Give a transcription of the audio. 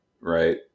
right